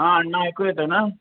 हां अण्णा ऐकू येत आहे ना